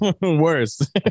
worse